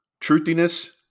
Truthiness